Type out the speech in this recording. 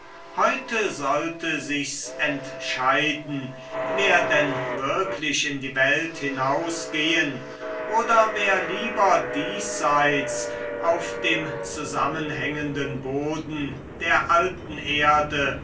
heut sollte sich's entscheiden wer denn wirklich in die welt hinaus gehen oder wer lieber diesseits auf dem zusammenhangenden boden der alten erde